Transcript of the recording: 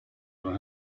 your